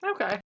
Okay